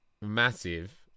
Massive